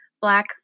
black